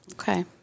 Okay